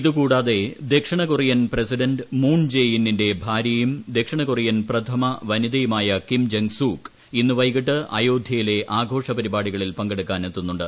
ഇതു കൂടാതെ Korean president Moon Jae ഇന്നിന്റെ ഭാര്യയും ദക്ഷിണ ദക്ഷിണ കൊറിയൻ പ്രഥമ വനിതയുമായി കിം ജംഗ് സൂക് ഇന്ന് വൈകിട്ട് അയോധ്യയിലെ ആഘോഷ്പ്രിപാടികളിൽ പങ്കെടുക്കാൻ എത്തുന്നുണ്ട്